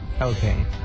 okay